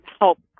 help